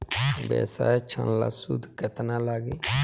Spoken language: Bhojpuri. व्यवसाय ऋण ला सूद केतना लागी?